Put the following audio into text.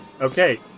Okay